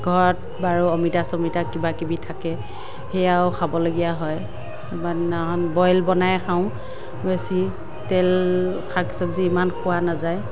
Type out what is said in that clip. ঘৰত বাৰু অমিতা চমিতা কিবা কিবি থাকে সেয়াও খাবলগীয়া হয় কোনোবা দিনাখন বইল বনাই খাওঁ বেছি তেল শাক চবজি ইমান খোৱা নাযায়